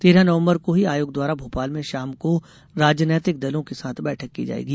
तेरह नवम्बर को ही आयोग द्वारा भोपाल में ष्षाम को राजनैतिक दलों के साथ बैठक की जाएगी